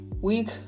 week